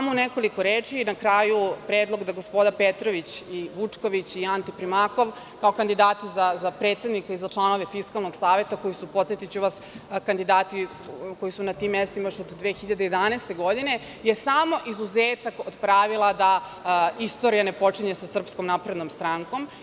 Na kraju, predlog da gospoda Petrović i Vučković i Ante Primakov kao kandidati za predsednika i za članove Fiskalnog saveta koji su, podsetiću vas, kandidati koji su na tim mestima još od 2011. godine, je samo izuzetak od pravila da istorija ne počinje sa Srpskom naprednom strankom.